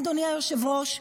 אדוני היושב-ראש,